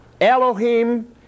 Elohim